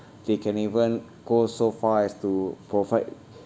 they can even go so far as to provide